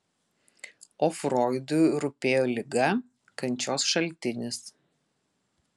o froidui rūpėjo liga kančios šaltinis